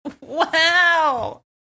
Wow